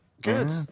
Good